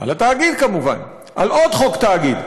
על התאגיד כמובן, על עוד חוק תאגיד.